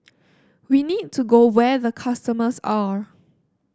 we need to go where the customers are